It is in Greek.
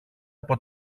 από